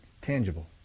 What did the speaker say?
tangible